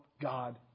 God